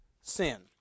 sin